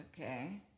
Okay